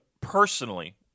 personally